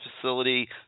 facility